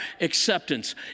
acceptance